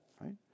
right